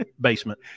Basement